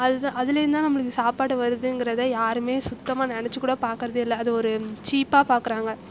அதுதான் அதிலேர்ந்து தான் நமக்கு சாப்பாடு வருதுங்கிறதே யாருமே சுத்தமாக நினச்சு கூட பார்க்கறதே இல்லை அது ஒரு சீப்பாக பார்க்கறாங்க